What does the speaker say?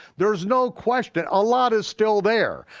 there's no question, a lot is still there.